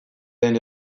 den